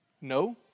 no